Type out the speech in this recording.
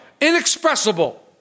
inexpressible